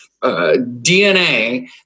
DNA